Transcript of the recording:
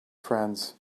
friends